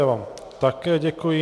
Já vám také děkuji.